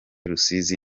rusizi